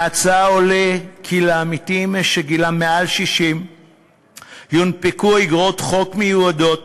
מההצעה עולה כי לעמיתים שגילם מעל 60 יונפקו איגרות חוב מיועדות